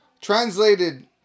Translated